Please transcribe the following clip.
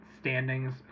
standings